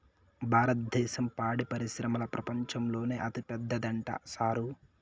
భారద్దేశం పాడి పరిశ్రమల ప్రపంచంలోనే అతిపెద్దదంట సారూ